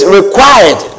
required